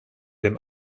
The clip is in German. dem